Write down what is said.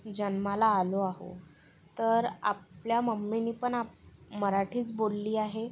जन्माला आलो आहो तर आपल्या मम्मीनी पण आप मराठीच बोलली आहे